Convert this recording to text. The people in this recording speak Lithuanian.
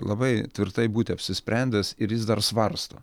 labai tvirtai būti apsisprendęs ir jis dar svarsto